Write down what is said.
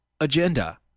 agenda